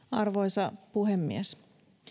arvoisa puhemies